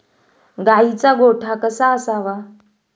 गाईचा गोठा कसा असावा?